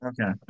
Okay